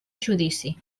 judici